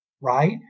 right